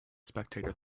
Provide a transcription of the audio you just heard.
spectator